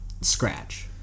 Scratch